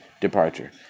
departure